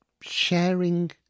sharing